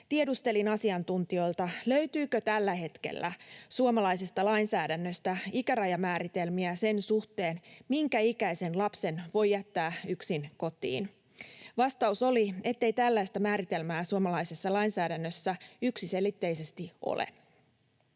tiedustelin asiantuntijoilta, löytyykö tällä hetkellä suomalaisesta lainsäädännöstä ikärajamääritelmiä sen suhteen, minkä ikäisen lapsen voi jättää yksin kotiin. Vastaus oli, ettei tällaista määritelmää suomalaisessa lainsäädännössä yksiselitteisesti ole.